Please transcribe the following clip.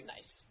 Nice